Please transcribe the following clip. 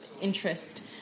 interest